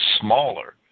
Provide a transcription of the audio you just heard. smaller